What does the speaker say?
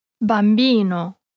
Bambino